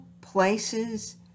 places